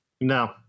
No